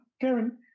Karen